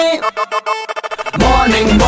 morning